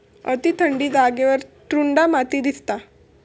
अती थंड जागेवर टुंड्रा माती दिसता